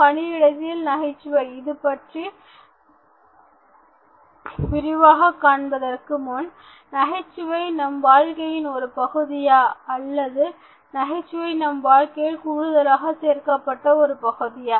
பணியிடத்தில் நகைச்சுவை இதைப் பற்றி விரிவாக காண்பதற்கு முன் நகைச்சுவை நம் வாழ்க்கையின் ஒரு பகுதியா அல்லது நகைச்சுவை நம் வாழ்க்கையில் கூடுதலாக சேர்க்கப்பட்ட ஒரு பகுதியா